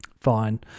fine